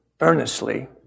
Earnestly